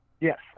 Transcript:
Yes